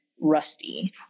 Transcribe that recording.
rusty